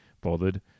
bothered